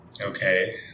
Okay